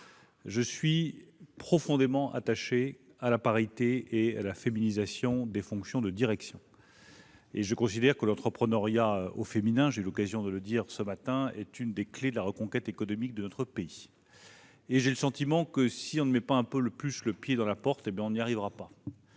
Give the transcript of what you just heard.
Je suis profondément attaché à la parité et la féminisation des fonctions de direction. Je considère que l'entrepreneuriat au féminin- j'ai eu l'occasion de le dire ce matin -est une des clés de la reconquête économique de notre pays. J'ai le sentiment que si on ne met pas un peu plus le pied dans la porte, on n'y arrivera pas.